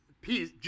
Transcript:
peace